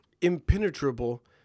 impenetrable